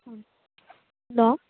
hello